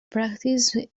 practiced